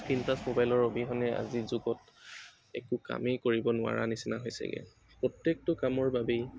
skin touch মোবাইলৰ অবিহনে আজিৰ যুগত একো কামেই কৰিব নোৱাৰা নিচিনা হৈছেগৈ প্ৰত্যেকটো কামৰ বাবেই